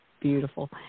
beautiful